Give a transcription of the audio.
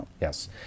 Yes